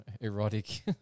erotic